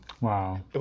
wow